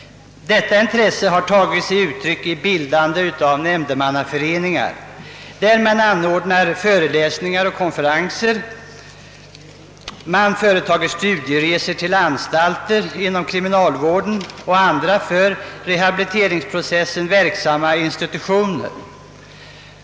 Detta intresse har tagit sig uttryck i bildandet av nämndemannaföreningar, där man anordnar föreläsningar och konferenser, företar studieresor till anstalter inom kriminalvården och till andra för rehabiliteringsprocessen verksamma institutioner.